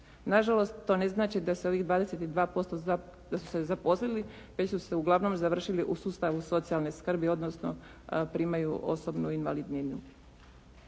Nažalost, to ne znači da se ovih 22% da su se zaposlili već su uglavnom završili u sustavu socijalne skrbi odnosno primaju osobnu invalidninu.